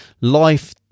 life